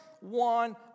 one